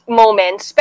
moments